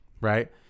right